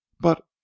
But